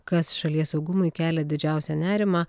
kas šalies saugumui kelia didžiausią nerimą